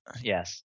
Yes